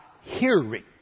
hearing